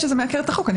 את חושבת.